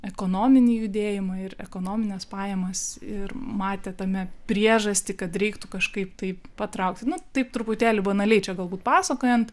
ekonominį judėjimą ir ekonomines pajamas ir matė tame priežastį kad reiktų kažkaip taip patraukti nu taip truputėlį banaliai čia galbūt pasakojant